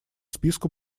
списку